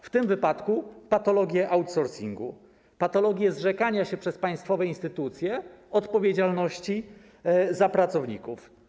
W tym wypadku patologię outsourcingu, patologię zrzekania się przez państwowe instytucje odpowiedzialności za pracowników.